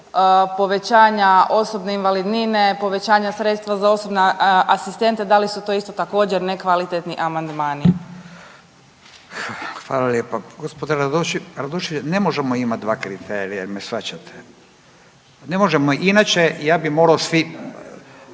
povećanja osobne invalidnine, povećanja sredstva za osobne asistente, da li su to isto također nekvalitetni amandmani? **Radin, Furio (Nezavisni)** Hvala lijepo. Gospođo Radošević ne možemo imati dva kriterija. Jel' me shvaćate? Ne možemo inače ja bih morao svim,